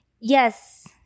Yes